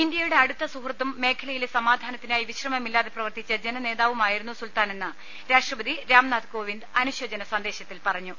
ഇന്ത്യയുടെ അടുത്ത സുഹൃത്തും മേഖലയിലെ സമാധാനത്തിനായി വിശ്രമമില്ലാതെ പ്രവർത്തിച്ച ജനനേതാവും ആയിരുന്നു സുൽത്താനെന്ന് രാഷ്ട്രപതി രാം നാഥ് കോവിന്ദ് അനുശോചന സന്ദേശത്തിൽ പറഞ്ഞു